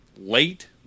late